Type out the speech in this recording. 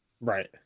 Right